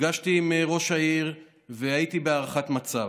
נפגשתי עם ראש העיר והייתי בהערכת מצב.